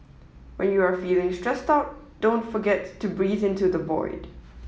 when you are feeling stressed out don't forget to breathe into the void